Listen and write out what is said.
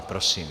Prosím.